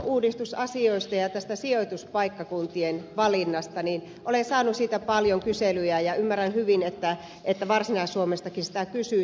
virastouudistusasioista ja tästä sijoituspaikkakuntien valinnasta olen saanut paljon kyselyjä ja ymmärrän hyvin että varsinais suomestakin sitä kysytään